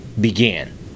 began